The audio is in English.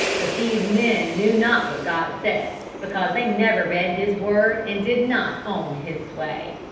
but these men knew not what god said, because they never read his word, and did not own his sway.